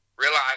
realize